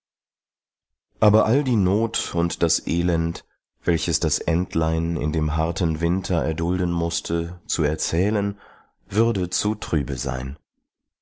aber all die not und das elend welches das entlein in dem harten winter erdulden mußte zu erzählen würde zu trübe sein